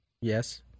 Yes